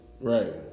right